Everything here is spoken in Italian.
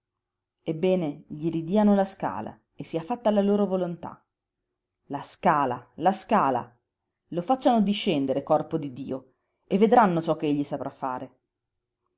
ebbene gli ridiano la scala e sia fatta la loro volontà la scala la scala lo facciano discendere corpo di dio e vedranno ciò che egli saprà fare